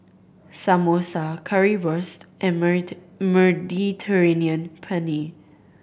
Samosa Currywurst and Mediterranean Penne